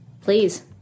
please